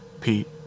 Pete